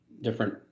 different